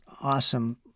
awesome